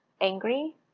angry